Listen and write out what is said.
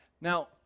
Now